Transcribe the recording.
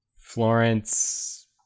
Florence